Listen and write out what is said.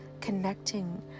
connecting